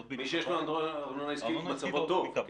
מי שיש לו ארנונה עסקית אז מצבו טוב.